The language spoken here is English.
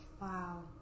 Wow